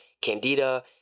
candida